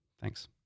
Thanks